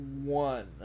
one